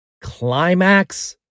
Climax